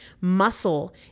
Muscle